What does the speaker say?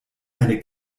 eine